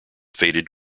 faded